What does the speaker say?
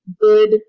good